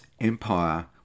empire